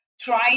try